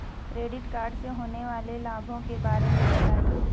Credit card से होने वाले लाभों के बारे में बताएं?